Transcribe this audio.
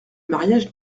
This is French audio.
mariage